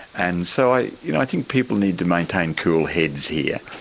and so i you know i think people need to maintain cool heads here.